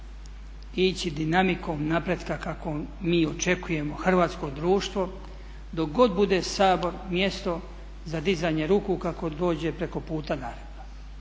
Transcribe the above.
ići dinamikom napretka kako mi očekujemo hrvatsko društvo dok bude Sabor mjesto za dizanje ruku kako dođe preko puta naredba.